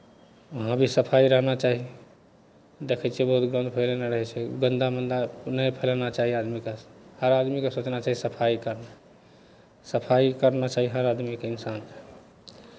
वहाँ भी सफाइ रहना चाही देखै छियै बहुत गन्ध फैलयने रहै छै गन्दा उन्दा नहि फैलाना चाही आदमीकेँ हर आदमीकेँ सोचना चाही सफाइ करना सफाइ करना चाही हर आदमीकेँ इंसानकेँ